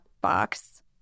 box